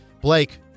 Blake